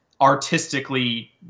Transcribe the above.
Artistically